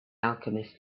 alchemist